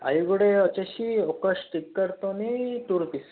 అవి కూడా వచ్చేసి ఒక స్టికర్తోని టూ రూపీస్